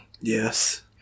Yes